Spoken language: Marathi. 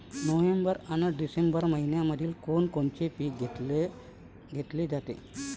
नोव्हेंबर अन डिसेंबर मइन्यामंधी कोण कोनचं पीक घेतलं जाते?